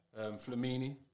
Flamini